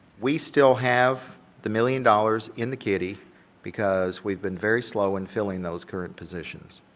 we still have the million dollars in the kitty because we've been very slow in filling those current positions.